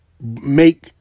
make